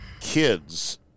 kids